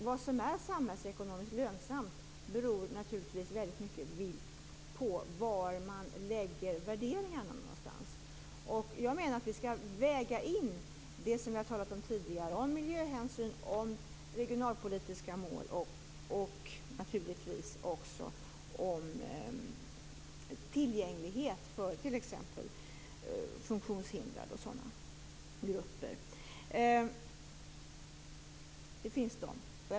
Vad som är samhällsekonomiskt lönsamt beror naturligtvis väldigt mycket på vilka värderingar man har. Jag menar att vi skall väga in det som vi har talat om tidigare - miljöhänsyn, regionalpolitiska mål och naturligtvis också tillgänglighet för t.ex. funktionshindrade och sådana grupper.